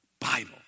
Bible